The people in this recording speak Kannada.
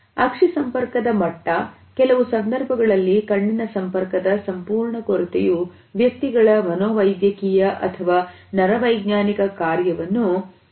ಅಕ್ಷಿ ಸಂಪರ್ಕದ ಮಟ್ಟ ಕೆಲವು ಸಂದರ್ಭಗಳಲ್ಲಿ ಕಣ್ಣಿನ ಸಂಪರ್ಕದ ಸಂಪೂರ್ಣ ಕೊರತೆಯು ವ್ಯಕ್ತಿಗಳ ಮನೋವೈದ್ಯಕೀಯ ಅಥವಾ ನರವೈಜ್ಞಾನಿಕ ಕಾರ್ಯವನ್ನು ಪ್ರತಿಬಿಂಬಿಸುತ್ತವೆ